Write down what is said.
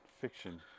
Fiction